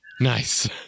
Nice